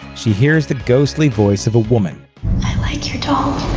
she hears the ghostly voice of a woman i like your doll.